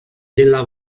della